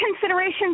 considerations